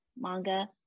manga